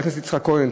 חבר הכנסת יצחק כהן,